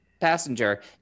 Passenger